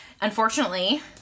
unfortunately